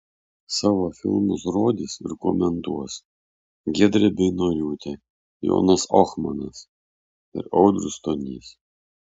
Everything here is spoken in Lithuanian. savo filmus rodys ir komentuos giedrė beinoriūtė jonas ohmanas ir audrius stonys